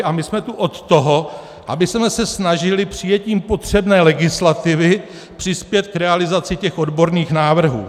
A my jsme tu od toho, abychom se snažili přijetím potřebné legislativy přispět k realizaci těch odborných návrhů.